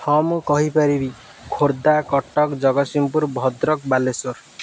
ହଁ ମୁଁ କହିପାରିବି ଖୋର୍ଦ୍ଧା କଟକ ଜଗତସିଂହପୁର ଭଦ୍ରକ ବାଲେଶ୍ୱର